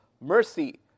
mercy